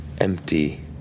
empty